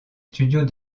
studios